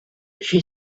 she